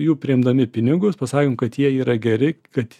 jų priimdami pinigus pasakom kad jie yra geri kad